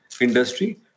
industry